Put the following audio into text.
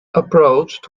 approached